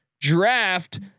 draft